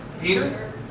Peter